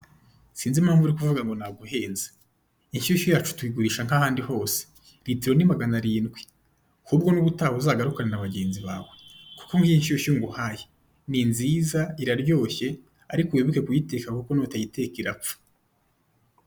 Sinzi impamvu uri kuvuga ngo naguhenze inshyushyu yacu tuyigurisha nk'ahandi hose litle ni magana arindwi ahubwo n'ubutaha uzagarukane na bagenzi bawe, kuko iyi nshyushyu nguhaye ni nziza iraryoshye ariko wibuke kuyiteka kuko nutayitekera irapfa.